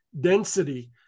density